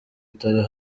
utari